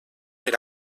per